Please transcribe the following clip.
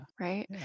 Right